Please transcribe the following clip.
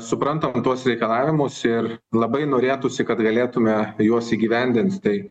suprantam tuos reikalavimus ir labai norėtųsi kad galėtume juos įgyvendint tai